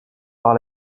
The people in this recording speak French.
par